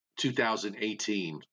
2018